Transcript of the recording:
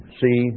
see